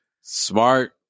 Smart